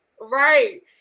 right